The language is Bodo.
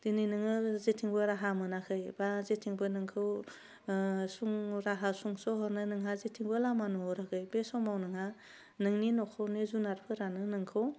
दिनै नोङो जेथिंबो राहा मोनाखै बा जेथिंबो नोंखौ ओह सं राहा सुंस'हरनो नोंहा जेथिंबो लामा नुहराखै बे समाव नोंहा नोंनि नख'रनि जुनादफोरानो नोंखौ